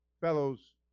fellows